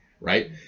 right